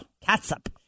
Catsup